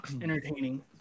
entertaining